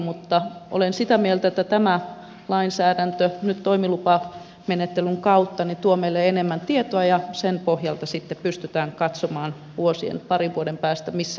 mutta olen sitä mieltä että tämä lainsäädäntö nyt toimilupamenettelyn kautta tuo meille enemmän tietoa ja sen pohjalta sitten pystytään katsomaan parin vuoden päästä missä mennään